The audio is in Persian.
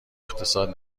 اقتصاد